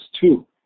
two